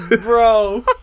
Bro